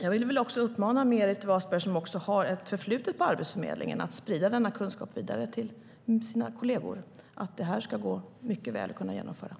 Jag vill uppmana Meeri Wasberg som också har ett förflutet på Arbetsförmedlingen att sprida denna kunskap vidare till sina kolleger. Det ska mycket väl kunna genomföras.